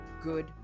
Good